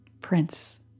Prince